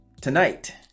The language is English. tonight